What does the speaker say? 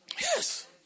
Yes